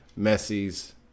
Messi's